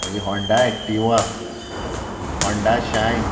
मागीर Honda Activa Honda शायन